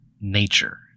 nature